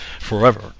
forever